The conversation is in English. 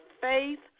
faith